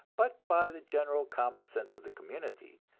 but by the general common sense of the community,